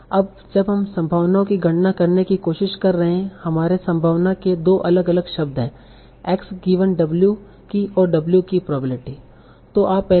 अब जब हम संभावनाओं की गणना करने की कोशिश कर रहे हैं हमारे संभावना के 2 अलग अलग शब्द हैं x गिवन w की और w की प्रोबेब्लिटी